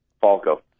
Falco